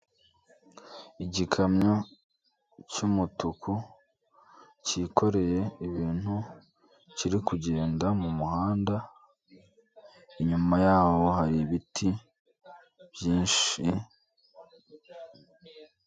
Igikamyo cy'umutuku cyikoreye ibintu kiri kugenda mu muhanda, inyuma yaho hari ibiti byinshi.